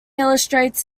illustrates